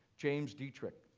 james deitrick.